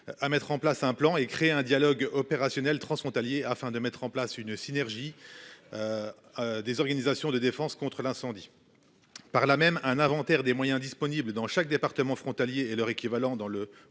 À mettre en place un plan et créer un dialogue opérationnel transfrontalier afin de mettre en place une synergie. Des organisations de défense contre l'incendie. Par là même un inventaire des moyens disponibles dans chaque département frontalier et leur équivalent dans le